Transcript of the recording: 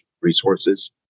resources